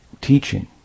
teaching